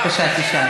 חוקים פרסונליים